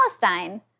Palestine